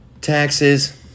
taxes